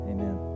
Amen